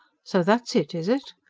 so that's it, is it?